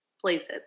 places